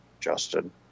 Justin